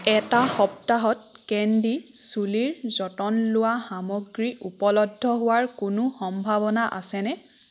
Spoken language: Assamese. এটা সপ্তাহত কেণ্ডি চুলিৰ যতন লোৱা সামগ্ৰী উপলব্ধ হোৱাৰ কোনো সম্ভাৱনা আছেনে